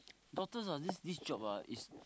doctors ah this this job ah is